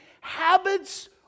Habits